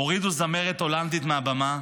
הורידו זמרת הולנדית מהבמה,